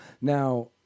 Now